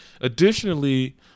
Additionally